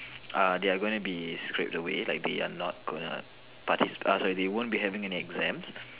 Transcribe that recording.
uh they are gonna be scraped away like they are not gonna partici~ err sorry they won't be having any exams